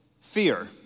fear